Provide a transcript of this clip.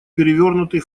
перевернутый